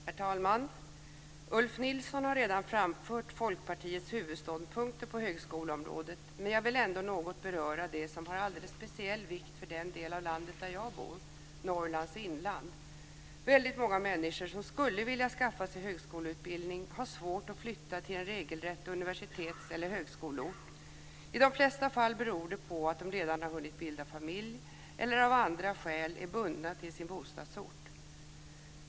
Herr talman! Ulf Nilsson har redan framfört Folkpartiets huvudståndpunkter på högskoleområdet, men jag vill ändå något beröra det som har alldeles speciell vikt för den del av landet där jag bor - Norrlands inland. Väldigt många människor, som skulle vilja skaffa sig högskoleutbildning, har svårt att flytta till en regelrätt universitets eller högskoleort. I de flesta fall beror det på att de redan har hunnit bilda familj eller av andra skäl är bundna till sin bostadsort.